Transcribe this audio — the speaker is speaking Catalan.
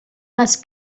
les